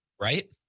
Right